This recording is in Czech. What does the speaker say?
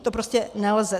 To prostě nelze.